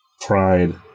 pride